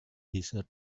desert